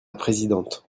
présidente